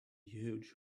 huge